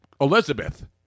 Elizabeth